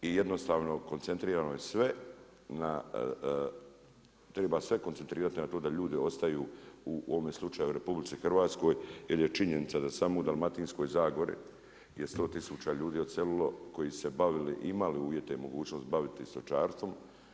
I jednostavno koncentrirano je sve na treba sve koncentrirati na to da ljudi ostaju u ovome slučaju u RH jer samo u Dalmatinskoj zagori je 100 tisuća ljudi odselilo koji su se bavili i imali uvjete i mogućnosti baviti se stočarstvom.